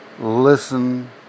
listen